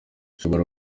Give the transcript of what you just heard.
ushobora